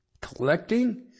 collecting